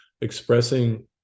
expressing